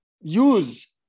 use